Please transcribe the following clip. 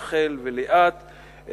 רחל וליאת,